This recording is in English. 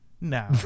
No